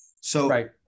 So-